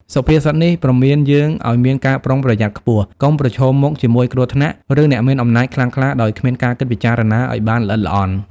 សុភាសិតនេះព្រមានយើងឱ្យមានការប្រុងប្រយ័ត្នខ្ពស់ កុំប្រឈមមុខជាមួយគ្រោះថ្នាក់ ឬអ្នកមានអំណាចខ្លាំងក្លាដោយគ្មានការគិតពិចារណាឱ្យបានល្អិតល្អន់។